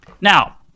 Now